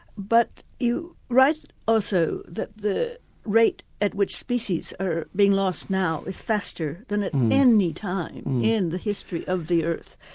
but you write also that the rate at which species are being lost now is faster than at any time in the history of the earth.